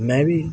ਮੈਂ ਵੀ